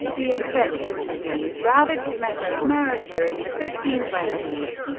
the infectious disease ravaged mesoamerica in the fifteen twenty s.